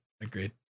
Agreed